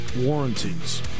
warranties